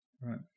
Right